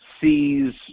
sees